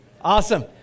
Awesome